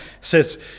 says